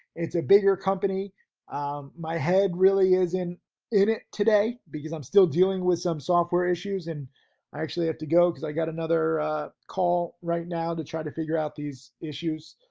it's a bigger company um my head really isn't in it today because um still dealing with some software issues and i actually have to go cause i got another a call right now to try to figure out these issues.